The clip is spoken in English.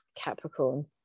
Capricorn